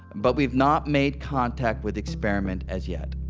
but we've not made contact with experiment as yet